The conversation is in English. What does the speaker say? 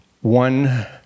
One